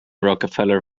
rockefeller